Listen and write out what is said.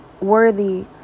worthy